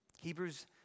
Hebrews